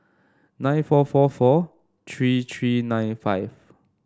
nine four four four three three nine five